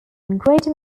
greater